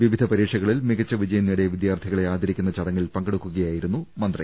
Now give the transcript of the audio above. വിവിധ പരീക്ഷകളിൽ മികച്ച വിജയം നേടിയ വിദ്യാർത്ഥികളെ ആദരിക്കുന്ന ചട ങ്ങിൽ പങ്കെടുക്കുകയായിരുന്നു മന്ത്രി